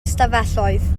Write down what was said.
ystafelloedd